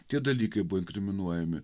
tie dalykai buvo inkriminuojami